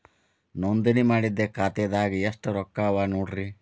ನೋಂದಣಿ ಮಾಡಿದ್ದ ಖಾತೆದಾಗ್ ಎಷ್ಟು ರೊಕ್ಕಾ ಅವ ನೋಡ್ರಿ